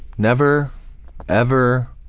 never ever